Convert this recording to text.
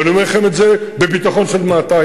ואני אומר לכם את זה בביטחון של 200%,